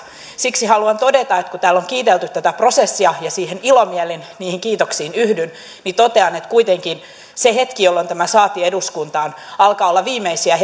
siksi haluan todeta että kun täällä on kiitelty tätä prosessia ja ilomielin niihin kiitoksiin yhdyn niin totean että kuitenkin se hetki jolloin tämä saatiin eduskuntaan alkaa olla viimeisiä